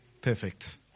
Perfect